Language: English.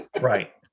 Right